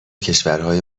کشورهای